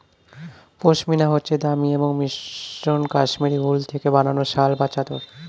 পশমিনা হচ্ছে দামি এবং মসৃন কাশ্মীরি উল থেকে বানানো শাল বা চাদর